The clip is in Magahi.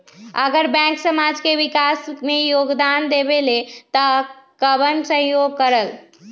अगर बैंक समाज के विकास मे योगदान देबले त कबन सहयोग करल?